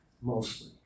mostly